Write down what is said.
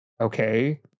okay